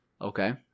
Okay